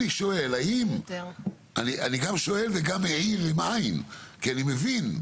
אני שואל ומעיר כי אני מבין,